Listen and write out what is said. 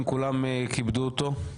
אם כולם כיבדו אותו?